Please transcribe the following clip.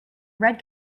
red